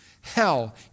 Hell